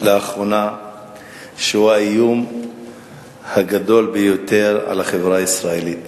הוא האיום הגדול ביותר על החברה הישראלית,